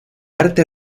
arte